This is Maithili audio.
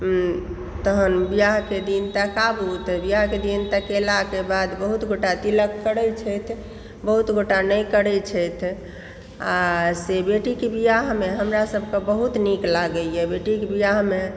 तहन बिआहके दिन तकाबु तऽ बीआहके दिन तकेलाके बाद बहुत गोटा तिलक करै छथि बहुत गोटा नहि करै छथि आ से बेटीके बिआहमे हमरा सबके बहुत नीक लागैया बेटीके बिआहमे